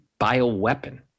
bioweapon